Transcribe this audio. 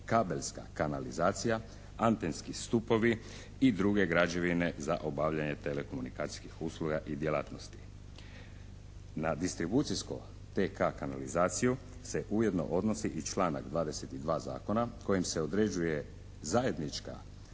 kabelska kanalizacija, antenski stupovi i druge građevine za obavljanje telekomunikacijskih usluga i djelatnosti. Na distribucijsko-TK kanalizaciju se ujedno odnosi i članak 22. Zakona kojim se određuje zajednička